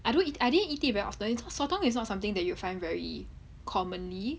I don't eat I didn't eat it very often it's not sotong is not something that you find very commonly